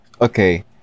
Okay